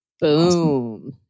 Boom